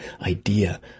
idea